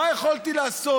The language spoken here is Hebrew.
מה יכולתי לעשות?